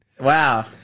Wow